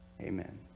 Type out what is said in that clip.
Amen